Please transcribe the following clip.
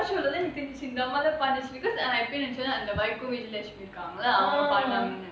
ya okay oh my god எனக்கு தெரிஞ்சிச்சு:enakku therinchiju watch because and I இந்த அம்மா தான் பாடிருக்குதுனு:intha amma thaan paadirukuthunu